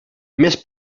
més